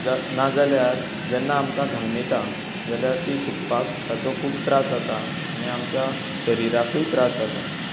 नाजाल्यार जेन्ना आमकां घाम येता जाल्यार ती सुखपाक ताचो खूब त्रास जाता आनी आमच्या शरीराकय त्रास जाता